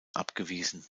abgewiesen